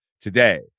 today